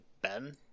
Ben